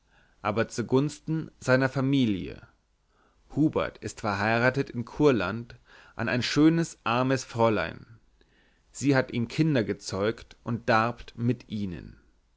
aber zugunsten seiner familie hubert ist verheiratet in kurland an ein schönes armes fräulein sie hat ihm kinder erzeugt und darbt mit ihnen